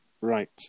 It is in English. right